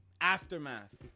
aftermath